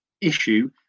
issue